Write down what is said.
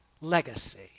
legacy